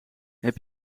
heb